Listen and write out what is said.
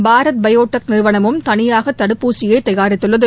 Bharat Biotech நிறுவனமும் தனியாக தடுப்பூசியை தயாரித்துள்ளது